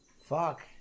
fuck